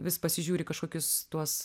vis pasižiūri kažkokius tuos